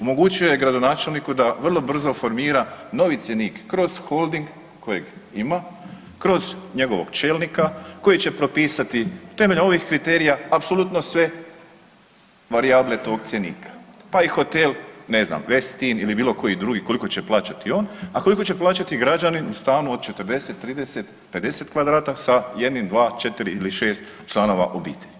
Omogućio je gradonačelniku da vrlo brzo formira novi cjenik kroz Holding kojeg ima, kroz njegovog čelnika koji će propisati temeljem ovih kriterija apsolutno sve varijable tog cjenika, pa i hotel, ne znam Westin ili bilo koji drugi koliko će plaćati on, a koliko će plaćati građanin u stanu od 40, 30, 50 kvadrata sa jednim, dva, četiri ili šest članova obitelji.